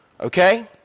Okay